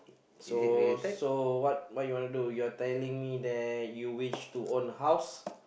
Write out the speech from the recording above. so so what you wanna do you are telling me that you wish to own a house